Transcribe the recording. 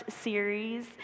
series